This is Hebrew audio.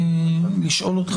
ברשותך,